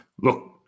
look